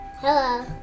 Hello